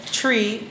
tree